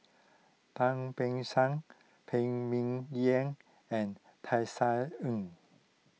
Tan Beng Phan Ming Yen and Tisa Ng